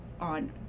on